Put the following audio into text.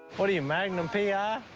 what are you, magnum, p i?